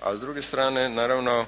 a s druge strane naravno